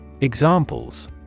Examples